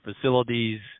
facilities